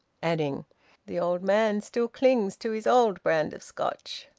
adding the old man still clings to his old brand of scotch.